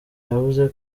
yavuze